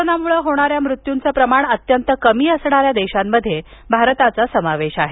कोरोनामूळं होणाऱ्या मृत्युचं प्रमाण अत्यंत कमी असणाऱ्या देशांमध्ये भारताचा समावेश आहे